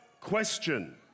question